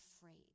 afraid